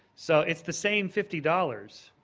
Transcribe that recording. so it's the same fifty dollars,